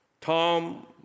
Tom